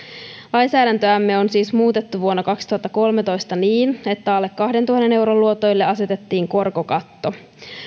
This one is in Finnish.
lainsäädäntöämme on siis muutettu vuonna kaksituhattakolmetoista niin että alle kahdentuhannen euron luotoille asetettiin korkokatto